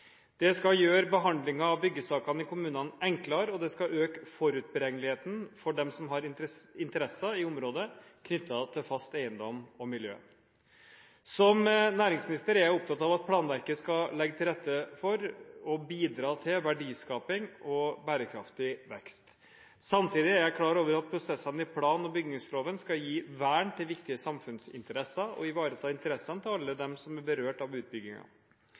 Det skal gjøre behandlingen av byggesakene i kommunene enklere, og det skal øke forutberegneligheten for dem som har interesser i området knyttet til fast eiendom og miljø. Som næringsminister er jeg opptatt av at planverket skal legge til rette for og bidra til verdiskaping og bærekraftig vekst. Samtidig er jeg klar over at prosessene i plan- og bygningsloven skal gi vern til viktige samfunnsinteresser og ivareta interessene til alle som er berørt av